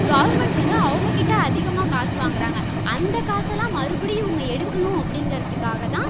government வந்து அவங்கக்கிட்ட அதிகமாக காசு வாங்குகிறாங்க அந்த காசெல்லாம் மறுபடியும் இவங்க எடுக்கணும் அப்படிங்கிறதுக்காக தான்